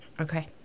Okay